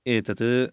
एतत्